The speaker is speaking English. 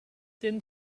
thin